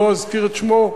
לא אזכיר את שמו,